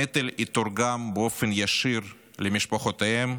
הנטל יתורגם באופן ישיר למשפחותיהם,